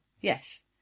yes